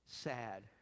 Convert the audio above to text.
sad